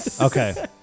Okay